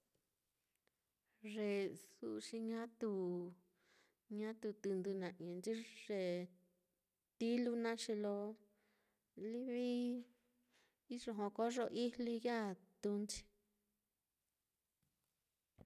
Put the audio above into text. Ye su'u xi ñatu tɨndɨ na'i nchi ye tilu naá, xi lo livi iyo jokoyo ijlii ya á tūūnchi.